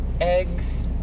eggs